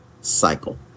cycle